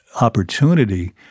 opportunity